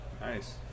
nice